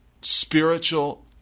spiritual